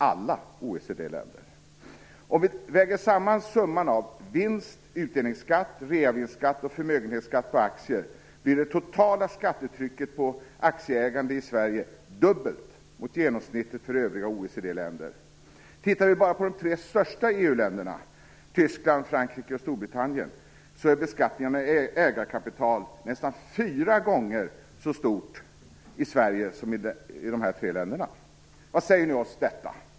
Vid en sammanvägning av summan av vinst/utdelningsskatt, reavinstsskatt och förmögenhetsskatt på aktier blir det totala skattetrycket på aktieägande i Sverige dubbelt mot genomsnittet för övriga OECD-länder. Tittar vi bara på de tre största EU-medlemmarna, Tyskland, Frankrike och Storbritannien, finner vi att beskattningen av ägarkapital är nästan fyra gånger så hög i Sverige som i dessa tre länder. Vad säger oss detta?